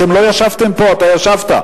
אתם לא ישבתם פה, אתה ישבת.